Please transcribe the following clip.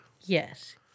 Yes